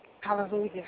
Hallelujah